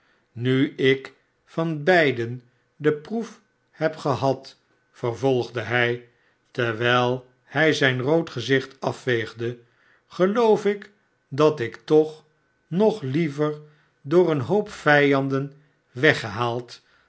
nu ik van beiden de proef heb gehad vervolgde hij terwijl hij zijn rood gezicht afveegde geloof ik dat ik toch nog liever door een hoop vijanden weggehaald